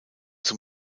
zum